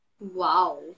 wow